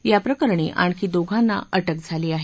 याप्रकरणी आणखी दोघांना अटक झाली आहे